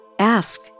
ask